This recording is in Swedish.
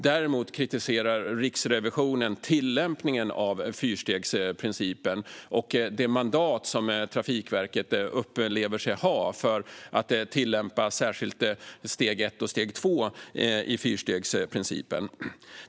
Däremot kritiserar Riksrevisionen tillämpningen av fyrstegsprincipen och det mandat som Trafikverket upplever sig ha för att tillämpa särskilt steg 1 och steg 2 i fyrstegsprincipen.